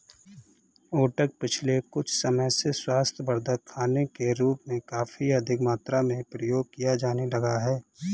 oats पिछले कुछ समय से स्वास्थ्यवर्धक खाने के रूप में काफी अधिक मात्रा में प्रयोग किया जाने लगा है